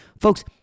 folks